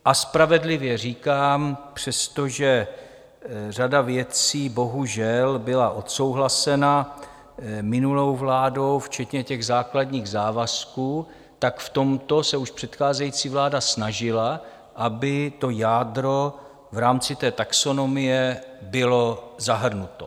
A spravedlivě říkám, přestože řada věcí bohužel byla odsouhlasena minulou vládou, včetně těch základních závazků, tak v tomto se už předcházející vláda snažila, aby to jádro v rámci té taxonomie bylo zahrnuto.